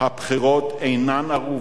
הבחירות אינן ערובה